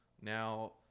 Now